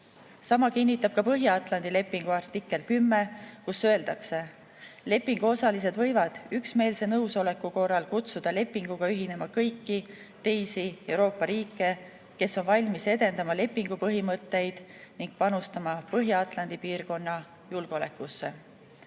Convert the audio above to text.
Sama kinnitab ka Põhja-Atlandi lepingu artikkel 10, kus öeldakse: "Lepinguosalised võivad üksmeelse nõusoleku korral kutsuda lepinguga ühinema kõiki teisi Euroopa riike, kes on valmis edendama lepingu põhimõtteid ning panustama Põhja-Atlandi piirkonna julgeolekusse."